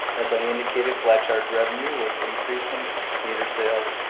as i indicated, flat charge revenue was increasing meter sales,